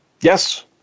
Yes